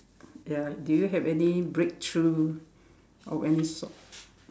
ya do you have any breakthrough of any sorts